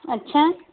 اچھا